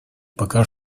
пока